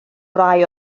rai